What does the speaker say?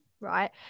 right